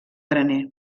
graner